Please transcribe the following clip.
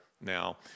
now